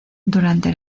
durante